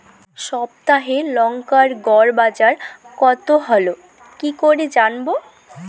সপ্তাহে লংকার গড় বাজার কতো হলো কীকরে জানবো?